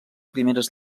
primeres